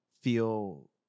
feel